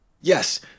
yes